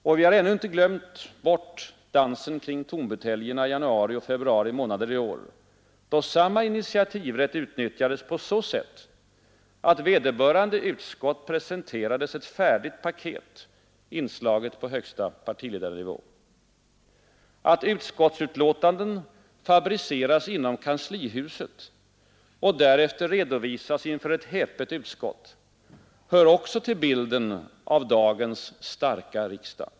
Och vi har ännu inte glömt bort dansen kring tombuteljerna i januari och februari månader i år, då samma initiativrätt utnyttjades så att vederbörande utskott presenterades ett färdigt paket, inslaget på högsta partiledarnivå. Att utskottsutlåtanden fabriceras inom kanslihuset och därefter redovisas inför ett häpet utskott hör också till bilden av dagens ”starka” riksdag.